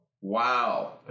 Wow